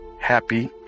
happy